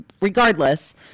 regardless